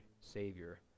Savior